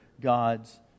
God's